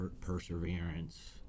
perseverance